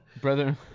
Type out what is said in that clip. brother